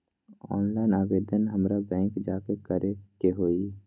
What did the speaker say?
Online आवेदन हमरा bank जाके करे के होई?